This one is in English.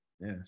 yes